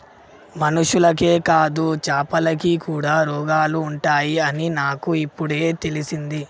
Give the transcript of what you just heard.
మనుషులకే కాదు చాపలకి కూడా రోగాలు ఉంటాయి అని నాకు ఇపుడే తెలిసింది